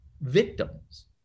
victims